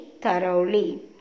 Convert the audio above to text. thoroughly